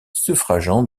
suffragant